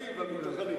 גם המתנחלים.